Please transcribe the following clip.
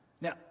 Now